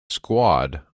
squad